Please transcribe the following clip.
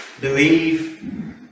believe